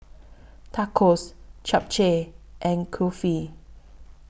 Tacos Japchae and Kulfi